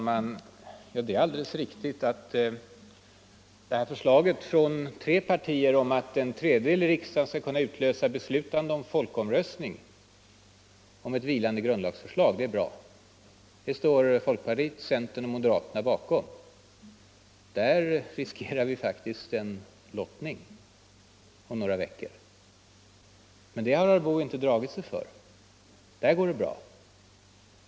Fru talman! Det är alldeles riktigt, herr Boo, att det här förslaget från tre partier — att en tredjedel av riksdagen skall kunna utlösa beslutande folkomröstning om ett vilande grundlagsförslag — är bra. Det står folkpartiet, centern och moderaterna bakom. Där riskerar vi faktiskt en lottning om några veckor. Men det har herr Boo inte dragit sig för — där går det tydligen bra.